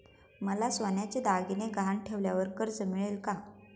मला सोन्याचे दागिने गहाण ठेवल्यावर कर्ज मिळेल का?